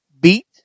beat